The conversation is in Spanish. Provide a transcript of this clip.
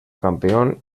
campeón